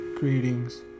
Greetings